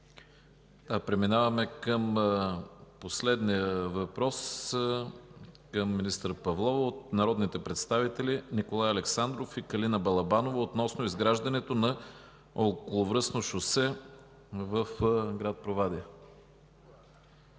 Преминаваме към последния въпрос към министър Павлова от народните представители Николай Александров и Калина Балабанова относно изграждането на околовръстно шосе в град Провадия.